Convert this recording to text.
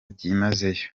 byimazeyo